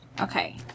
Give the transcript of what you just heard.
Okay